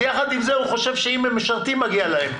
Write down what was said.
עם זאת, הוא חושב שאם הם משרתים, מגיע להם.